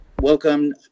Welcome